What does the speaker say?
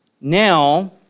now